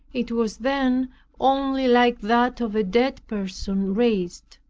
it was then only like that of a dead person raised,